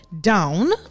down